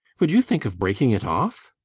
would you think of breaking it off?